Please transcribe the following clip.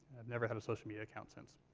i've never had a social media account since.